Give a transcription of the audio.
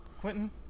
Quentin